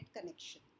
connection